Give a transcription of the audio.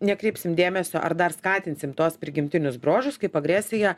nekreipsim dėmesio ar dar skatinsim tuos prigimtinius bruožus kaip agresiją